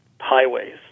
highways